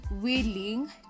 willing